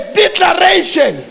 declaration